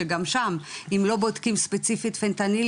שגם שם אם לא בודקים ספציפית פנטניל,